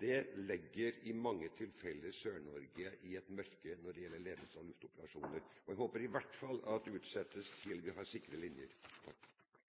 Dette legger i mange tilfelle Sør-Norge i et mørke når det gjelder ledelse av luftoperasjoner. Jeg håper i hvert fall at det utsettes til vi har sikre linjer.